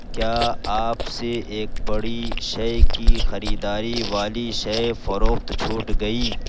کیا آپ سے ایک بڑی شے کی خریداری والی شے فروخت چھوٹ گئی